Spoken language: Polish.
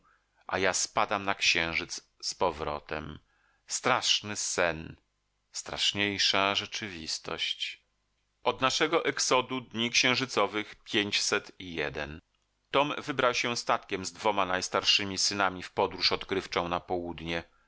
a ja spadam na księżyc z powrotem straszny sen straszniejsza rzeczywistość od naszego exodu dni księżycowych pięćset i jeden tom wybrał się statkiem z dwoma najstarszymi synami w podróż odkrywczą na południe